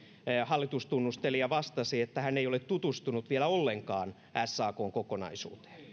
hallitustunnustelija vastasi että hän ei ole tutustunut vielä ollenkaan sakn kokonaisuuteen